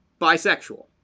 bisexual